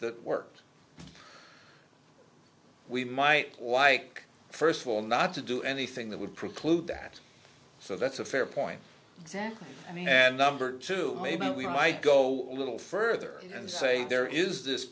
that worked we might like first of all not to do anything that would preclude that so that's a fair point and number two maybe we might go a little further and say there is this